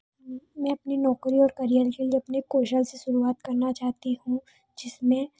मैं अपनी नौकरी और करियर के लिए अपने कौशल से शुरुआत करना चाहती हूँ जिसमें